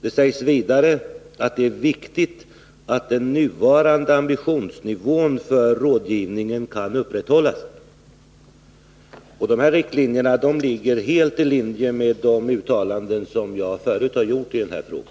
Det sägs vidare att det är viktigt att den nuvarande ambitionsnivån för rådgivningen kan upprätthållas. De riktlinjerna ligger helt i linje med de uttalanden som jag förut har gjort i den här frågan.